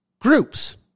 groups